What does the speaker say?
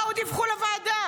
באו, דיווחו לוועדה.